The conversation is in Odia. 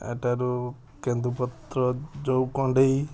ଏଠାରୁ କେନ୍ଦୁପତ୍ର ଯେଉଁ କଣ୍ଢେଇ